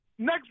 Next